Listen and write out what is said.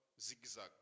zigzag